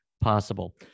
possible